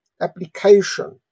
application